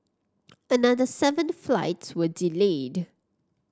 another seven flights were delayed